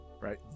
right